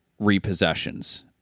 repossessions